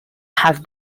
have